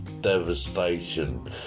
devastation